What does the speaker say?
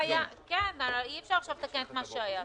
כן, אי-אפשר כבר לתקן את מה שהיה.